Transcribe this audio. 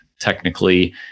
technically